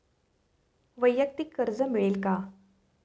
वैयक्तिक कर्ज मिळेल का?